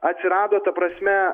atsirado ta prasme